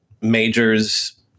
majors